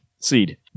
Seed